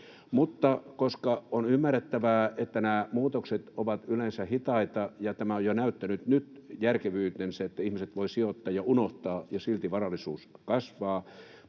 jäljessä. On ymmärrettävää, että nämä muutokset ovat yleensä hitaita. Tämä on näyttänyt jo nyt järkevyytensä, kun ihmiset voivat sijoittaa ja unohtaa ja silti varallisuus kasvaa,